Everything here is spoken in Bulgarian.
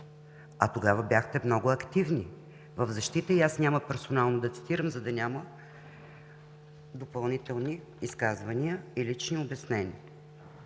А тогава бяхте много активни в защита и аз няма персонално да цитирам, за да няма допълнителни изказвания и лични обяснения.